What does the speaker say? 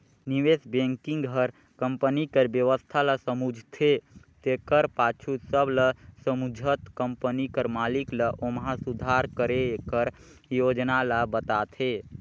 निवेस बेंकिग हर कंपनी कर बेवस्था ल समुझथे तेकर पाछू सब ल समुझत कंपनी कर मालिक ल ओम्हां सुधार करे कर योजना ल बताथे